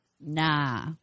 Nah